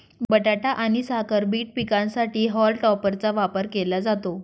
बटाटा आणि साखर बीट पिकांसाठी हॉल टॉपरचा वापर केला जातो